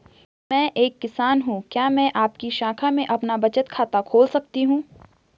मैं एक किसान हूँ क्या मैं आपकी शाखा में अपना बचत खाता खोल सकती हूँ?